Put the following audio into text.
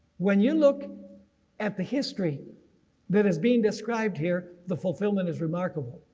when you look at the history that is being described here, the fulfillment is remarkable.